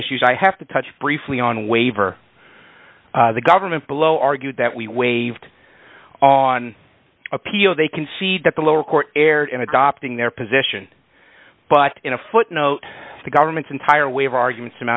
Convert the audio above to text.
issues i have to touch briefly on waiver the government below argued that we waived on appeal they concede that the lower court erred in adopting their position but in a footnote the government's entire way of argument a